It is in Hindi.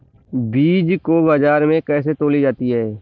बीज को बाजार में कैसे तौली जाती है?